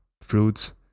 fruits